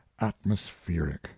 atmospheric